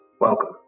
welcome